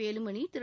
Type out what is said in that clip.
Velumani Thiru